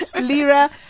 Lira